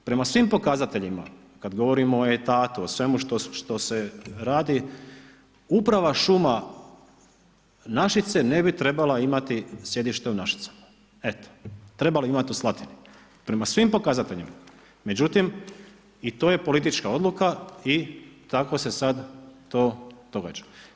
Prema svim pokazateljima, kada govorimo o etatu, o svemu što se radi, uprava šuma Našice, ne bi trebala imati sjedište u Našicama, eto, trebala bi imati u Slatini, prema svim pokazateljima, međutim, i to je politička odluka i tako se sad to događa.